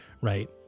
right